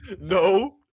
No